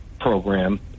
program